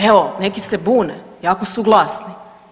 Evo, neki se bune jako su glasni.